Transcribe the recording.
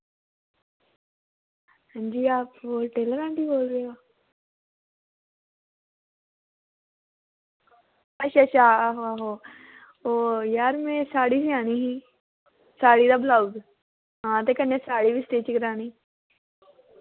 हां जी आप कौन टेल्लर आंटी बोल रहे हो अच्छा अच्छा आहो आहो ओह् यार में साड़ी सेआनी ही साड़ी ते बलाउज़ हां ते कन्नै साड़ी बी स्टिच करोआनी